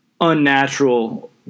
unnatural